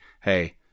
hey